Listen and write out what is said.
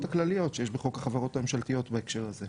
הכלליות שיש בחוק החברות הממשלתיות בהקשר הזה.